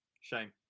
shame